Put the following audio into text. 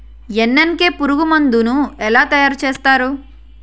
NSK పురుగు మందు ను ఎలా తయారు చేస్తారు?